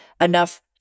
enough